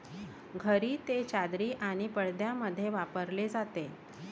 घरी ते चादरी आणि पडद्यांमध्ये वापरले जाते